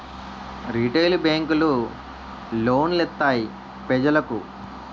retail బేంకులు loan లిత్తాయి పెజలకు